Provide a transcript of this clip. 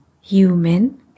human